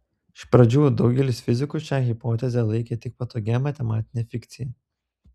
iš pradžių daugelis fizikų šią hipotezę laikė tik patogia matematine fikcija